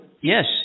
Yes